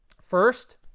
First